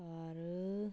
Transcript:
ਕਰ